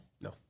No